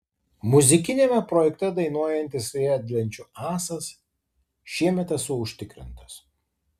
muzikiniame projekte dainuojantis riedlenčių ąsas šiemet esu užtikrintas